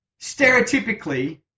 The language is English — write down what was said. stereotypically